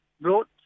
brought